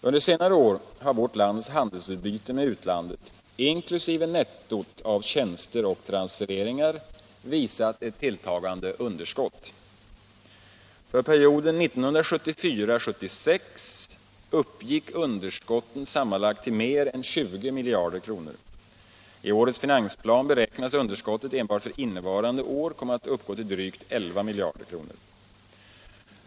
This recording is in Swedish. Under senare år har vårt lands handelsutbyte med utlandet inkl. nettot av tjänster och transfereringar visat ett tilltagande underskott. För perioden 1974-1976 uppgick underskotten sammanlagt till mer än 20 miljarder kronor. I årets finansplan beräknas underskottet enbart för innevarande år komma att uppgå till drygt 11 miljarder kronor.